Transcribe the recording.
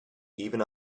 even